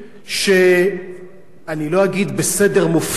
אני לא אגיד בסדר מופתי,